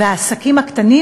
והעסקים הקטנים